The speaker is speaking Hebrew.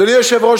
אדוני היושב-ראש,